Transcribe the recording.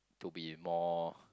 to be more